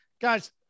Guys